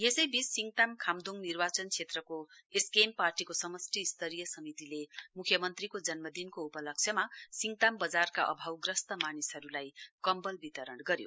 यसैबीच सिङताम खान्दोङ निर्वाचन क्षेत्रको एसकेएम पार्टीको समष्टि स्तरीय समितिले म्ख्यमन्त्रीको जन्मदिनको उपलक्ष्यमा सिङताम बजारका अभावग्रस्त मानिसहरूलाई कम्बल वितरण गर्यो